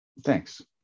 Thanks